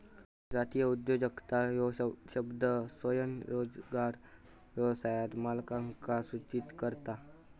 जातीय उद्योजकता ह्यो शब्द स्वयंरोजगार व्यवसाय मालकांका सूचित करता